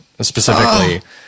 specifically